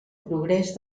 progrés